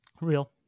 Real